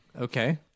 Okay